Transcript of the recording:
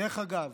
דרך אגב,